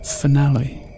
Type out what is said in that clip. Finale